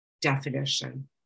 definition